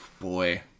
boy